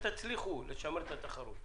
תצליחו לשמר את התחרות?